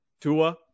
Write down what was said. Tua